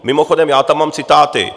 Mimochodem, já tam mám citáty.